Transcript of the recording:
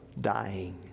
dying